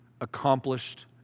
accomplished